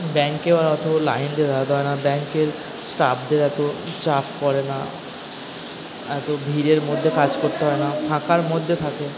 ব্যাঙ্কে আর অত লাইন দিয়ে দাঁড়াতে হয় না ব্যাঙ্কের স্টাফদের এত চাপ পড়ে না আর কেউ ভিড়ের মধ্যে কাজ করতে হয় না ফাঁকার মধ্যে থাকে